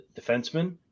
defenseman